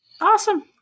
Awesome